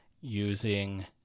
using